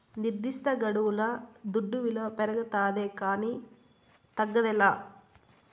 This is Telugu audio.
నిర్దిష్టగడువుల దుడ్డు విలువ పెరగతాదే కానీ తగ్గదేలా